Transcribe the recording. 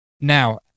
Now